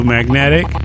Magnetic